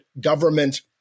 government